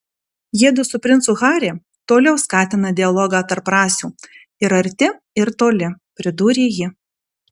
jiedu su princu harry toliau skatina dialogą tarp rasių ir arti ir toli pridūrė ji